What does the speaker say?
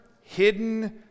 hidden